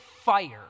fire